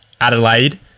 Adelaide